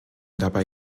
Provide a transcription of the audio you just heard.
dabei